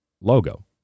logo